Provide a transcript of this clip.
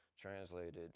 translated